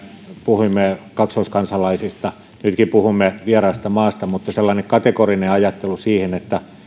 puhuimme kaksoiskansalaisista nytkin puhumme vieraasta maasta mutta sellainen kategorinen ajattelu että